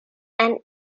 and